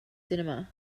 cinema